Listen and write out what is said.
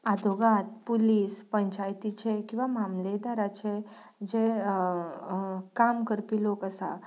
आदोगाद police पंचायतीचे किंवां मामलेदाराचे जे काम करपी लोक आसा